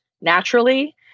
naturally